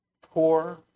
poor